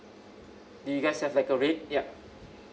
do you guys have like a rate ya